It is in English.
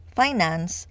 finance